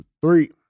three